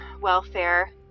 welfare